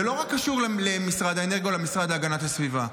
זה לא קשור רק למשרד האנרגיה או למשרד להגנת הסביבה.